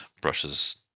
brushes